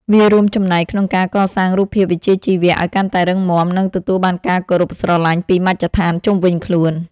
វារួមចំណែកក្នុងការកសាងរូបភាពវិជ្ជាជីវៈ ឱ្យកាន់តែរឹងមាំ និងទទួលបានការគោរពស្រឡាញ់ពីមជ្ឈដ្ឋានជុំវិញខ្លួន។